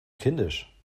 kindisch